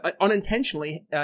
unintentionally